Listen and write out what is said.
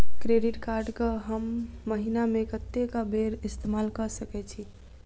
Credit card कऽ हम महीना मे कत्तेक बेर इस्तेमाल कऽ सकय छी?